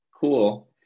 cool